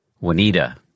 Juanita